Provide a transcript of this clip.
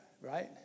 right